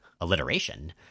Alliteration